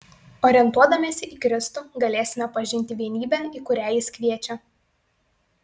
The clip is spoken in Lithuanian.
orientuodamiesi į kristų galėsime pažinti vienybę į kurią jis kviečia